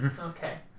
Okay